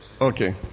Okay